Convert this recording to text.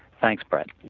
thanks brett